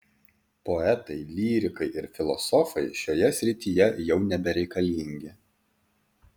poetai lyrikai ir filosofai šioje srityje jau nebereikalingi